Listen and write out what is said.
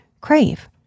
crave